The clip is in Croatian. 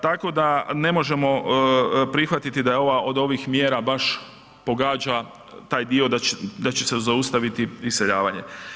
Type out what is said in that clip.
Tako da ne možemo prihvatiti da je ova od ovih mjera baš pogađa taj dio da će se zaustaviti iseljavanje.